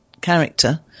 character